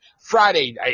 Friday